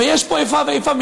ויש פה איפה ואיפה.